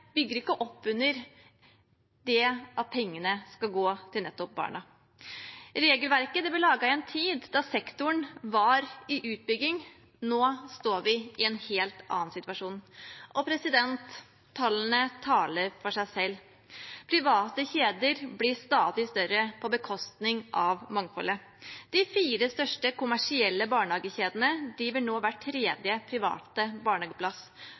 bygger ikke opp under – at pengene går til nettopp barna. Regelverket ble laget i en tid da sektoren var under utbygging, nå står vi i en helt annen situasjon. Tallene taler for seg selv. Private kjeder blir stadig større på bekostning av mangfoldet. De fire største kommersielle barnehagekjedene driver nå hver tredje private barnehageplass.